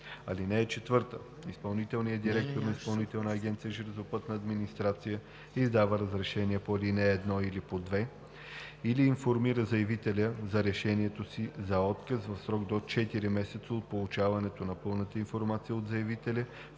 месеца. (4) „Изпълнителният директор на Изпълнителна агенция „Железопътна администрация“ издава разрешение по ал. 1 или по 2 или информира заявителя за решението си за отказ в срок до четири месеца от получаване на пълната информация от заявителя,